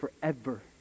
forever